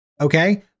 okay